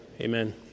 amen